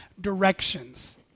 directions